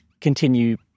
continue